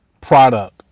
product